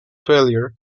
failure